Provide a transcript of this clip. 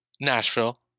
Nashville